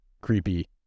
creepy